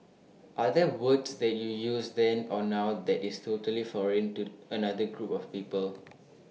are there words that you use then or now that is totally foreign to another group of people